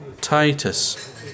Titus